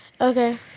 Okay